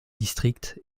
districts